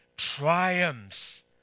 triumphs